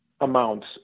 amounts